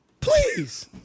Please